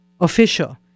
official